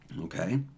Okay